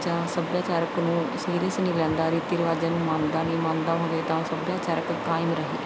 ਬੱਚਾ ਸੱਭਿਆਚਾਰਕ ਨੂੰ ਸੀਰੀਅਸ ਨਹੀਂ ਲੈਂਦਾ ਰੀਤੀ ਰਿਵਾਜਾਂ ਨੂੰ ਮੰਨਦਾ ਨਹੀਂ ਮੰਨਦਾ ਹੋਵੇ ਤਾਂ ਸੱਭਿਆਚਾਰਕ ਕਾਇਮ ਰਹੇ